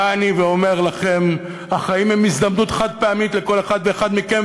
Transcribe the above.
בא אני ואומר לכם: החיים הם הזדמנות חד-פעמית לכל אחד ואחד מכם,